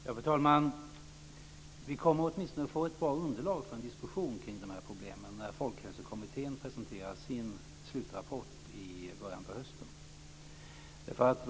Fru talman! Vi kommer åtminstone att få ett bra underlag för en diskussion kring de här problemen när folkhälsokommittén presenterar sin slutrapport i början på hösten.